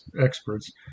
experts